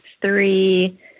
three